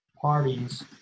parties